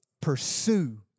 pursue